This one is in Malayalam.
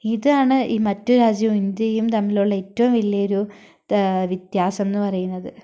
ഇതാണ് ഈ മറ്റ് രാജ്യവും ഇന്ത്യയും തമ്മിലുള്ള ഏറ്റവും വലിയൊരു വ്യത്യാസം എന്ന് പറയുന്നത്